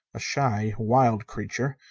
a shy, wild creature.